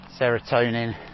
serotonin